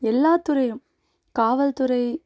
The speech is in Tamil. எல்லா துறையும் காவல்துறை